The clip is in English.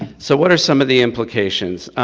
so what are some of the implications?